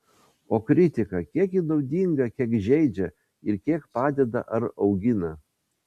o kritika kiek ji naudinga kiek žeidžia ir kiek padeda ar augina